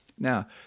Now